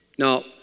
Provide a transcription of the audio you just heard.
Now